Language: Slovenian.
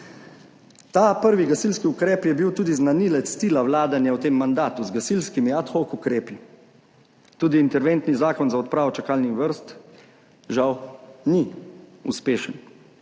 Ta prvi gasilski ukrep je bil tudi znanilec stila vladanja v tem mandatu z gasilskimi ad hoc ukrepi. Tudi interventni zakon za odpravo čakalnih vrst žal ni uspešen.